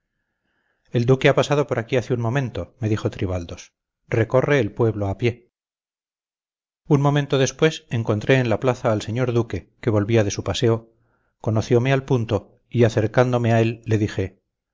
el duque ha pasado por aquí hace un momento me dijo tribaldos recorre el pueblo a pie un momento después encontré en la plaza al señor duque que volvía de su paseo conociome al punto y acercándome a él le dije